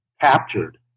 captured